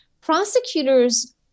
Prosecutors